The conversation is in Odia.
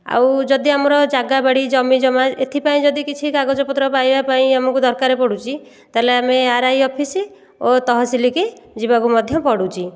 ଆଉ ଯଦି ଆମର ଜାଗା ବାଡ଼ି ଜମିଜମା ଏଥିପାଇଁ ଯଦି କିଛି କାଗଜପତ୍ର ପାଇବା ପାଇଁ ଆମକୁ ଦରକାରେ ପଡ଼ୁଚି ତା'ହେଲେ ଆମେ ଆରଆଇ ଅଫିସ ଓ ତହସିଲିକୁ ଯିବାକୁ ମଧ୍ୟ ପଡ଼ୁଛି